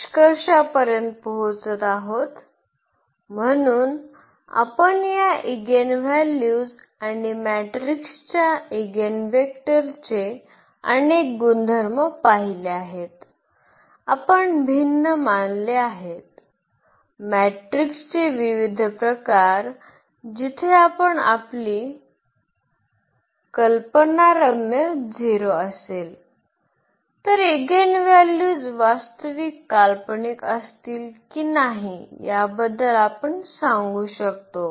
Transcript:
निष्कर्षापर्यंत पोहोचत आहोत म्हणून आपण या इगेनव्हॅल्यूज आणि मॅट्रिक्सच्या इगेनवेक्टर चे अनेक गुणधर्म पाहिले आहेत आपण भिन्न मानले आहेत मॅट्रिकचे विविध प्रकार जिथे आपण आपली कल्पनारम्य 0 असेल तर इगेनव्हॅल्यूज वास्तविक काल्पनिक असतील की नाही याबद्दल आपण सांगू शकतो